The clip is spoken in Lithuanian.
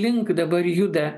link dabar juda